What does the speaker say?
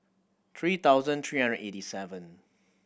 three thousand three hundred eighty seven